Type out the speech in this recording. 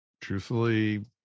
truthfully